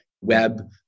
Web